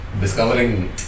discovering